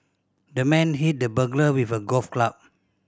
the man hit the burglar with a golf club